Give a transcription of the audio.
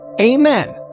Amen